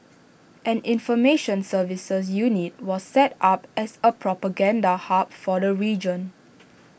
an information services unit was set up as A propaganda hub for the region